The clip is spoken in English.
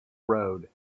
road